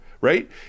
right